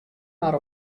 mar